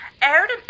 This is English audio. aired